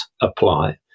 apply